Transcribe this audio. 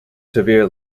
severe